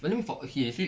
only for okay actually